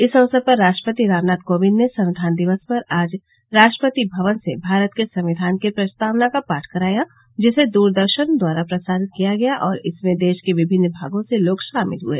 इस अवसर पर राष्ट्रपति रामनाथ कोविंद ने संविधान दिवस पर आज राष्ट्रपति भवन से भारत के संविधान की प्रस्तावना का पाठ कराया जिसे दूरदर्शन द्वारा प्रसारित किया गया और इसमें देश के विभिन्न भागों से लोग शामिल हुए